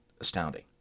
astounding